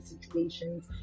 situations